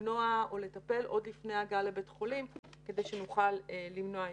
למנוע או לטפל עוד לפני הגעה לבית חולים כדי שנוכל למנוע אשפוזים.